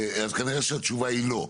כנראה שהתשובה היא לא,